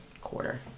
quarter